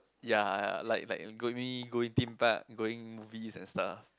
ya ya ya like like going going theme park going movie and stuff